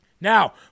Now